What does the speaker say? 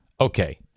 Okay